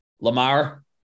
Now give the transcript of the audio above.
Lamar